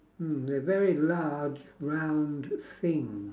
hmm a very large round thing